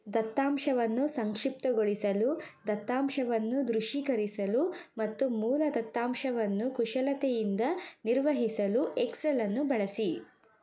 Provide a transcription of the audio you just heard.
ದತ್ತಾಂಶವನ್ನು ಸಂಕ್ಷಿಪ್ತಗೊಳಿಸಲು ದತ್ತಾಂಶವನ್ನು ದೃಶ್ಯೀಕರಿಸಲು ಮತ್ತು ಮೂಲ ದತ್ತಾಂಶವನ್ನು ಕುಶಲತೆಯಿಂದ ನಿರ್ವಹಿಸಲು ಎಕ್ಸೆಲನ್ನು ಬಳಸಿ